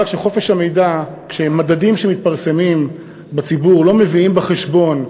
אבל כשמדדים שמתפרסמים בציבור לא מביאים בחשבון,